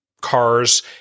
cars